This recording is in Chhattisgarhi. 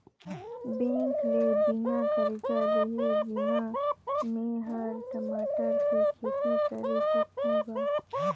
बेंक ले बिना करजा लेहे बिना में हर टमाटर के खेती करे सकहुँ गा